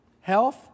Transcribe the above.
health